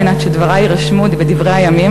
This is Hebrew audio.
לדרך, ורק יחד נצליח להשיג את מבוקשנו.